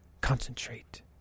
Concentrate